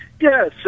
Yes